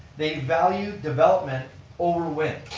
they value development over wins.